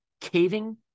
caving